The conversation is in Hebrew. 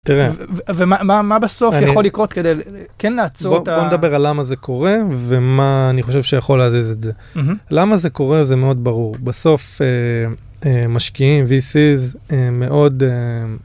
תראה, ומה בסוף יכול לקרות כדי כן לעצור את ה... בוא נדבר על למה זה קורה ומה אני חושב שיכול להזיז את זה. למה זה קורה זה מאוד ברור. בסוף משקיעים VCs מאוד...